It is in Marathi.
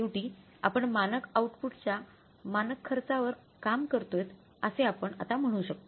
शेवटी आपण मानक ओउटपूटच्या मानक खर्चावर काम कर्तोयत असे आपण आता म्हणू शकतो